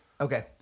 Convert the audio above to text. Okay